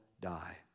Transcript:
die